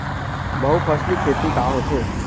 बहुफसली खेती का होथे?